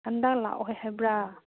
ꯍꯟꯗꯛ ꯂꯥꯛꯑꯣꯏ ꯍꯥꯏꯕ꯭ꯔꯥ